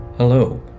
Hello